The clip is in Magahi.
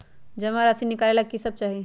जमा राशि नकालेला कि सब चाहि?